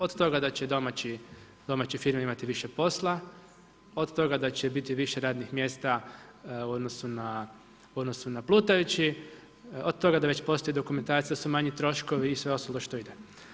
Od toga da će domaće firme imati više posla, od toga da će biti više radnih mjesta u odnosu na plutajući, od toga da već postoji dokumentacija da su manji troškovi i sve ostalo što ide.